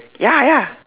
ya ya